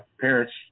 parents